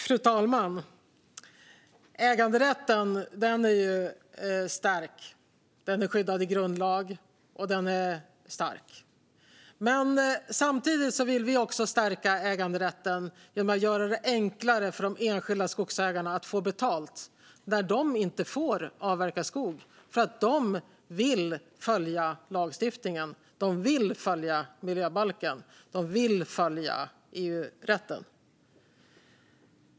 Fru talman! Äganderätten är stark. Den är skyddad i grundlagen. Samtidigt vill vi stärka äganderätten genom att göra det enklare för de enskilda skogsägarna att få betalt när de inte får avverka skog. De vill följa lagstiftningen. De vill följa miljöbalken. De vill följa EU-rätten.